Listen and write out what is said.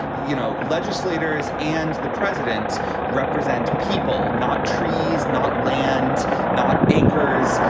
you know legislators and the president represent people not trees not land not acres.